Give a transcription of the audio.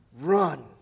run